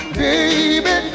baby